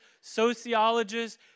sociologists